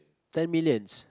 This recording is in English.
ten millions